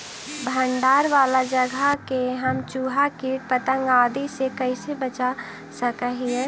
भंडार वाला जगह के हम चुहा, किट पतंग, आदि से कैसे बचा सक हिय?